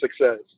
success